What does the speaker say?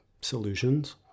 solutions